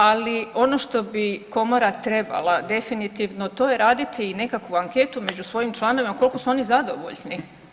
Ali ono što bi Komora trebala definitivno to je raditi i nekakvu anketu među svojim članovima koliko su oni zadovoljni.